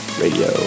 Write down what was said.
Radio